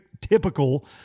Typical